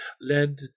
led